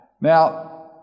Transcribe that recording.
Now